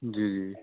जी जी